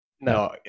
No